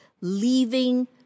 leaving